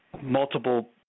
multiple